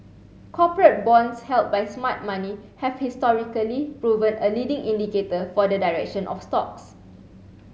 corporate bonds held by smart money have historically proven a leading indicator for the direction of stocks